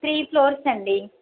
three floors అండీ